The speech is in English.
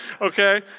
okay